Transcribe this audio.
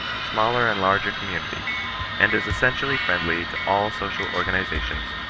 smaller and larger community and is essentially friendly to all social or ganizations,